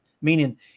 meaning